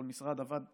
כל משרד עבד לעצמו.